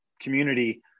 community